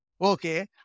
okay